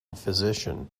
physician